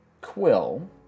Quill